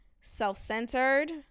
self-centered